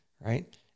right